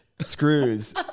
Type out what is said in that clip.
screws